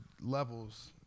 levels